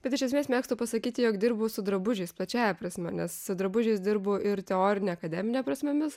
bet iš esmės mėgstu pasakyti jog dirbu su drabužiais plačiąja prasme nes drabužiais dirbu ir teorine akademine prasmėmis